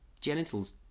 genitals